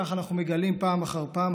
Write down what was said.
כך אנחנו מגלים פעם אחר פעם,